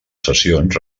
sessions